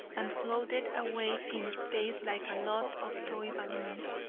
and floated away in space like a lot of toy balloons.